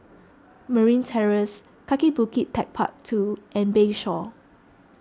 Marine Terrace Kaki Bukit Techpark two and Bayshore